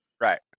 Right